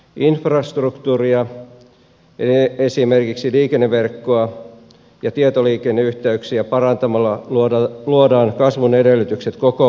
infrastruktuuria esimerkiksi liikenneverkkoa ja tietoliikenneyhteyksiä parantamalla luodaan kasvun edellytykset koko maahan